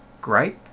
great